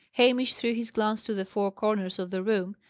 hamish threw his glance to the four corners of the room,